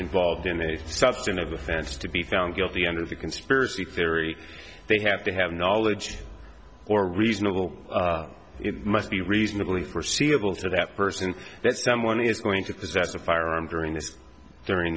involved in any substantive offense to be found guilty under the conspiracy theory they have to have knowledge or reasonable it must be reasonably foreseeable to that person that someone is going to possess a firearm during this during